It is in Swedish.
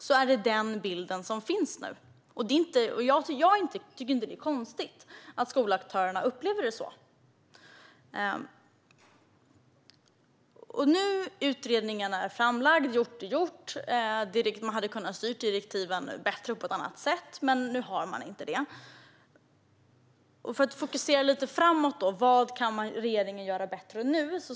Det är ändå en bild som finns nu. Jag tycker inte att det är konstigt att skolaktörerna upplever det hela så här. Nu är utredningen framlagd, och gjort är gjort. Man hade kunnat skriva direktiven bättre och på ett annat sätt, men nu har man inte gjort det. Låt oss fokusera framåt: Vad kan regeringen göra bättre nu?